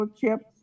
chips